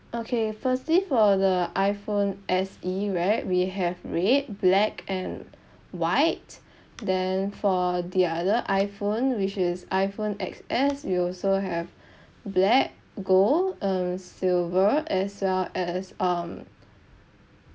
okay firstly for the iphone s e right we have red black and white then for the other iphone which is iphone x s we also have black gold and silver as well as um